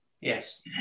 Yes